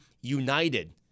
united